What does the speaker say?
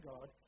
God